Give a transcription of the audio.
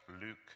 Luke